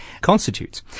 constitutes